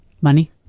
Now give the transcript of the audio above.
Money